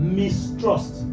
mistrust